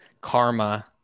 karma